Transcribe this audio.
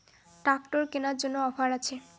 Tractor কেনার জন্য offer আছে?